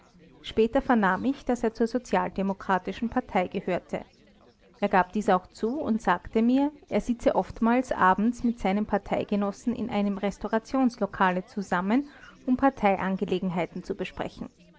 später vernahm ich daß er zur sozialdemokratischen partei gehörte er gab dies auch zu und sagte mir er sitze oftmals abends mit seinen parteigenossen in einem restaurationslokale zusammen um parteiangelegenheiten zu besprechen